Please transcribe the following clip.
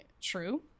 true